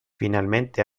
finalmente